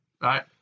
right